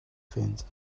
vindt